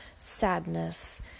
sadness